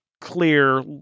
clear